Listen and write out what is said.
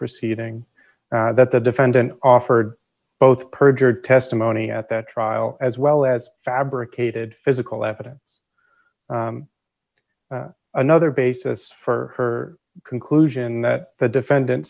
proceeding that the defendant offered both perjured testimony at that trial as well as fabricated physical evidence another basis for her conclusion that the defendant